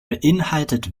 beinhaltet